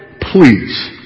please